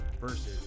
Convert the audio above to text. versus